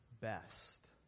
best